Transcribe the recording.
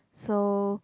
so